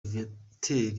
viateur